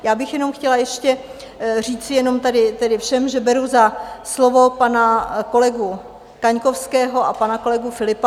Já bych jenom chtěla ještě říci tady všem, že beru za slovo pana kolegu Kaňkovského a pana kolegu Philippa.